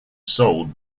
sold